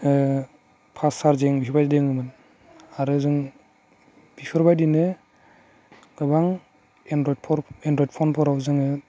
fast charging बेफोरबायदि दङमोन आरो जों बेफोरबायदिनो गोबां एनरयड एनरयड फनफोराव जोङो